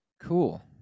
Cool